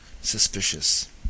suspicious